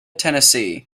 tennessee